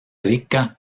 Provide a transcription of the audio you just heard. rica